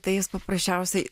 tai jis paprasčiausiai